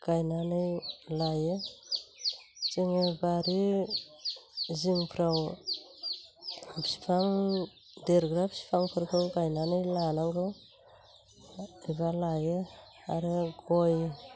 गायनानै लायो जोङो बारि जिंफ्राव बिफां देरग्रा बिफांफोरखौ गायनानै लानांगौ एबा लायो आरो गय